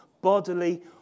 bodily